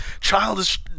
childish